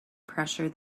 pressure